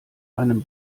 einem